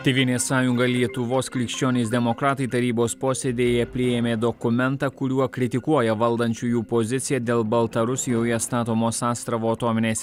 tėvynės sąjunga lietuvos krikščionys demokratai tarybos posėdyje priėmė dokumentą kuriuo kritikuoja valdančiųjų poziciją dėl baltarusijoje statomos astravo atominės